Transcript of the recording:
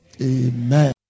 Amen